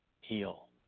heal